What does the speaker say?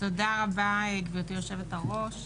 תודה רבה, גברתי היושבת-ראש.